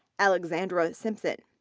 alexandra simpson.